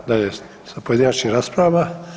dalje s pojedinačnim raspravama.